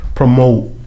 promote